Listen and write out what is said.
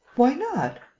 why not?